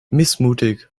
missmutig